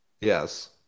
yes